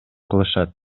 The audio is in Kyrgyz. кылышат